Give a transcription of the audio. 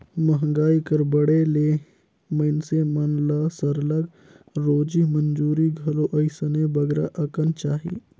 मंहगाई कर बढ़े ले मइनसे मन ल सरलग रोजी मंजूरी घलो अइसने बगरा अकन चाही